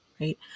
right